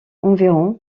environ